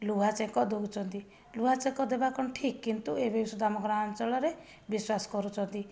ଲୁହା ଚେଙ୍କ ଦେଉଛନ୍ତି ଲୁହା ଚେଙ୍କ ଦେବା କଣ ଠିକ୍ କିନ୍ତୁ ଏବେବି ସୁଦ୍ଧା ଆମ ଗ୍ରାମାଞ୍ଚଳରେ ବିଶ୍ୱାସ କରୁଛନ୍ତି